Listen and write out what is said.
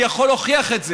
אני יכול להוכיח את זה.